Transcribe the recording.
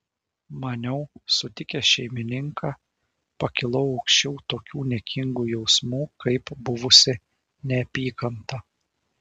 maniau sutikęs šeimininką pakilau aukščiau tokių niekingų jausmų kaip buvusi neapykanta